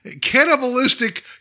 cannibalistic